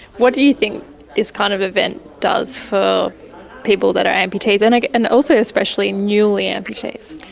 what do you think this kind of event does for people that are amputees, and like and also especially newly amputees?